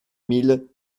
mille